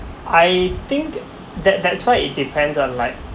I think that that's why it depends on like